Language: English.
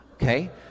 Okay